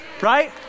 Right